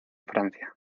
francia